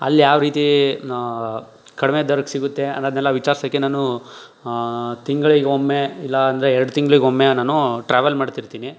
ಅಲ್ಲಿ ಯಾವ ರೀತಿ ನ ಕಡಿಮೆ ದರಕ್ಕೆ ಸಿಗುತ್ತೆ ಅನ್ನೋದ್ನೆಲ್ಲ ವಿಚಾರ್ಸೋಕೆ ನಾನು ಹಾಂ ತಿಂಗಳಿಗೆ ಒಮ್ಮೆ ಇಲ್ಲಾಂದ್ರೆ ಎರ್ಡು ತಿಂಗ್ಳಿಗೆ ಒಮ್ಮೆ ನಾನೂ ಟ್ರಾವೆಲ್ ಮಾಡ್ತಿರ್ತೀನಿ